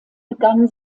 begann